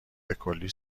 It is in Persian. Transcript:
بکلی